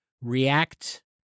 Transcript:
react